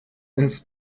ins